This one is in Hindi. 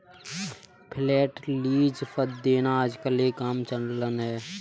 फ्लैट लीज पर देना आजकल एक आम चलन है